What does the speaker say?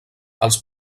els